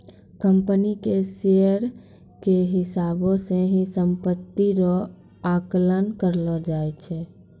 company के share के हिसाबौ से ही सम्पत्ति रो आकलन करलो जाय छै